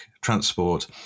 transport